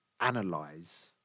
analyze